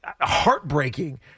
heartbreaking